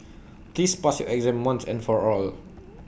please pass your exam once and for all